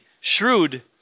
shrewd